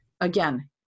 Again